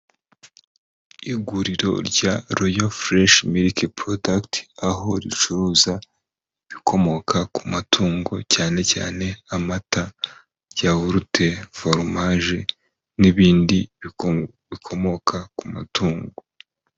Iguriro rya royo fuleshi miliki porodagiti, aho ricuruza ibikomoka ku matungo cyane cyane amata, yawurute, foromaje n'ibindi bikomoka ku matungo.